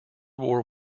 war